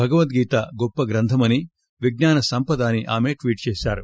భగవద్గీత గీత గొప్ప గ్రంధమని విజ్ఞాన సంసద అని ఆమె ట్వీట్ చేశారు